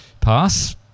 Pass